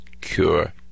cure